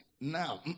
Now